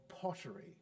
pottery